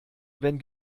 wenn